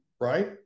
right